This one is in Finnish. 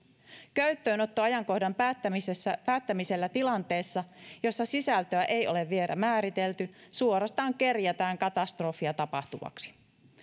käyttöönottoajankohdan päättämisellä päättämisellä tilanteessa jossa sisältöä ei ole vielä määritelty suorastaan kerjätään katastrofia tapahtuvaksi